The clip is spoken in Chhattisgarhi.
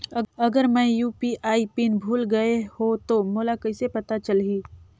अगर मैं यू.पी.आई पिन भुल गये हो तो मोला कइसे पता चलही?